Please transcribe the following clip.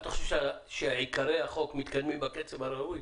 אתה חושב שעיקרי החוק מתקדמים בקצב הראוי?